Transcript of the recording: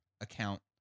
account